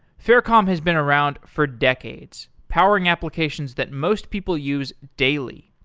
faircom has been around for decades powering applications that most people use daily.